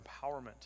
empowerment